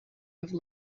have